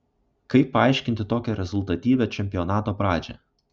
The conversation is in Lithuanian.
kaip paaiškinti tokią rezultatyvią čempionato pradžią